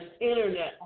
internet